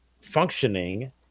functioning